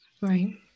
right